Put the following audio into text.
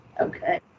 Okay